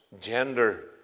gender